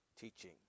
Teaching